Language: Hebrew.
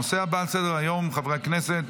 הנושא הבא על סדר-היום, חברי הכנסת,